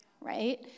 right